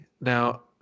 Now